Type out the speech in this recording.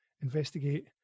investigate